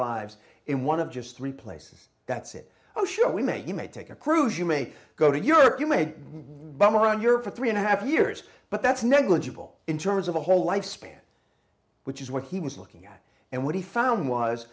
lives in one of just three places that said oh sure we may you may take a cruise you may go to europe you may bum around your for three and a half years but that's negligible in terms of a whole life span which is what he was looking at and what he found was